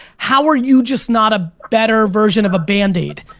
how are you just not a better version of a band-aid?